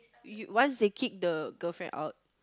y~ once they kick the girlfriend out